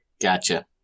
gotcha